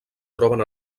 troben